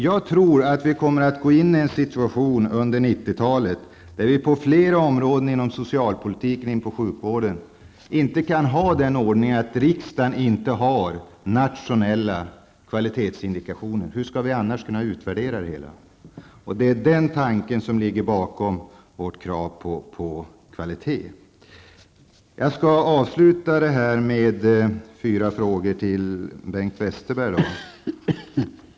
Jag tror att vi kommer att gå in i en situation under 90-talet där vi på flera områden inom socialpolitiken och sjukvården inte kan ha den ordningen att riksdagen inte har nationella kvalitetsindikationer. Hur skall vi annars kunna utvärdera det hela? Det är den tanken som ligger bakom vårt krav på kvalitet. Jag skall avsluta med fyra frågor till Bengt Westerberg.